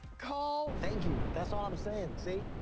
call! thank you. that's all i'm saying, see?